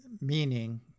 meaning